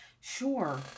Sure